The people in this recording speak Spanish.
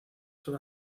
solo